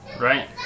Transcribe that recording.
Right